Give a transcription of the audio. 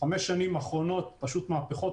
בחמש השנים האחרונות יש ממש מהפכות.